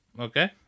Okay